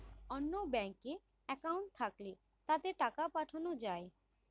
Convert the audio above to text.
অন্য ব্যাঙ্কে অ্যাকাউন্ট থাকলে তাতে টাকা পাঠানো যায়